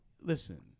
listen